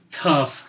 tough